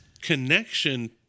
connection